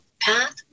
path